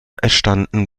entstanden